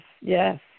yes